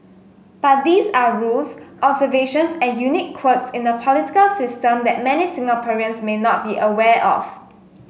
but these are rules observations and unique quirks in a political system that many Singaporeans may not be aware of